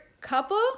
couple